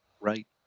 Right